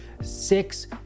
six